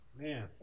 Man